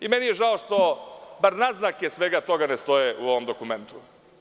Žao mi je što bar naznake svega toga ne stoje u ovom dokumentu.